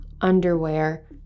underwear